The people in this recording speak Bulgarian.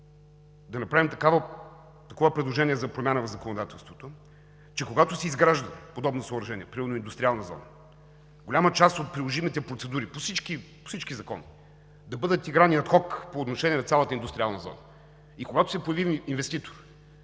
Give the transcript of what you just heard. да направим такова предложение за промяна в законодателството, че когато се изграждат подобни съоръжения, примерно индустриална зона, голяма част от приложимите процедури по всички закони да бъдат играни адхок по отношение на цялата индустриална зона. Когато се появи инвеститор,